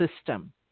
system